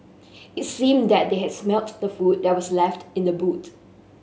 it seemed that they had smelt the food that was left in the boot